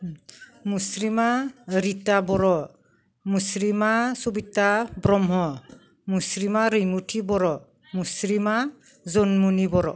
मुस्रिमा रिथा बर' मुस्रिमा सबिथा ब्रह्म मुस्रिमा रैमुथि बर' मुस्रिमा जुन्मनि बर'